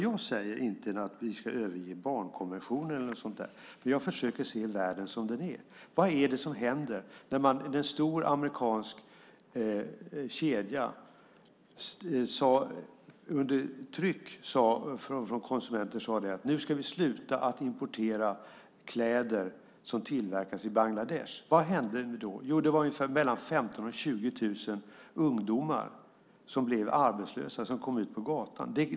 Jag säger inte att vi ska överge barnkonventionen eller något sådant, men jag försöker se världen som den är. Vad hände när en stor amerikansk kedja under tryck från konsumenterna sade att de skulle sluta importera kläder som tillverkades i Bangladesh? Vad hände då? Jo, mellan 15 000 och 20 000 ungdomar blev arbetslösa och hamnade på gatan.